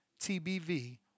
TBV